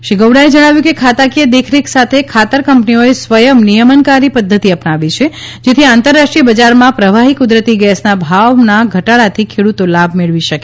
શ્રી ગોવડાએ જણાવ્યું છે કે ખાતાકીય દેખરેખ સાથે ખાતર કંપનીઓએ સ્વયં નિયમનકારી પદ્ધતિ અપનાવી છે જેથી આંતરરાષ્ટ્રીય બજારમાં પ્રવાહી કુદરતી ગેસના ભાવમાં ઘટાડાથી ખેડૂતો લાભ મેળવી શકે